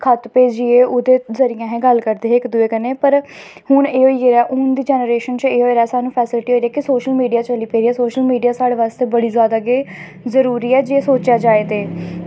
खत्त भेजियै ओह्दे जरिये गल्ल करदे हे इक दुए कन्नै पर हून एह् होई गेदा हून दी जनरेशन च एह् होई गेदा सानूं फैसलिटी ऐ सोशल मीडिया चली पेदा ऐ सोशल मीडिया साढ़े आस्तै बड़ी जैदा गै जरूरी ऐ जे सोचेआ जाए ते